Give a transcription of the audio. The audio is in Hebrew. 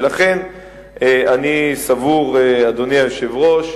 ולכן אני סבור, אדוני היושב-ראש,